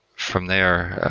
from there,